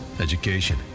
education